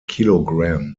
kilogram